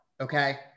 Okay